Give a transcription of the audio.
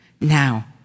now